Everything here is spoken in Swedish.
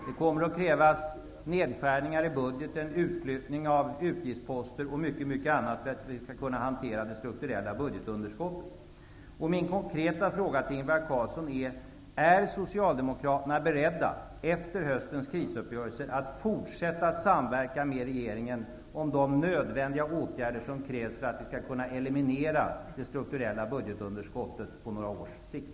Det kommer att krävas nedskärningar i budgeten, utflyttning av utgiftsposter och mycket annat för att vi skall kunna hantera det strukturella budgetunderskottet. Min konkreta fråga till Ingvar Carlsson är: Är Socialdemokraterna, efter höstens krisuppgörelse, beredda att fortsätta samverka med regeringen om de nödvändiga åtgärder som krävs för att vi på några års sikt skall kunna eliminera det strukturella budgetunderskottet?